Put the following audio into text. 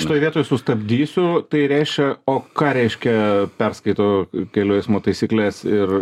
šitoj vietoj sustabdysiu tai reiškia o ką reiškia perskaito kelių eismo taisykles ir